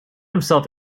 himself